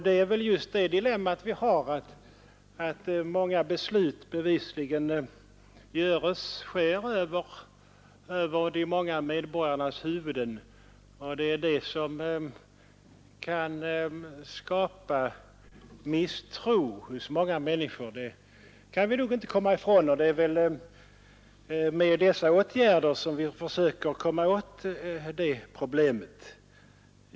Det är väl just vårt dilemma att många beslut bevisligen sker över de många medborgarnas huvuden, och vi kan inte komma ifrån att detta skapar misstro hos många människor. Det är väl med dessa åtgärder vi försöker komma åt det problemet.